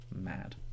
Mad